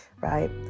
right